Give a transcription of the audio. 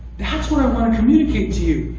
that's what i want to communicate to you.